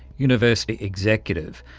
university executive.